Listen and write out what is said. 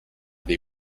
dei